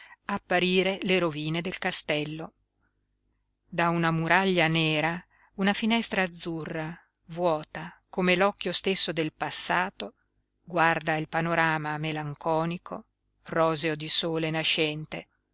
apparire le rovine del castello da una muraglia nera una finestra azzurra vuota come l'occhio stesso del passato guarda il panorama melanconico roseo di sole nascente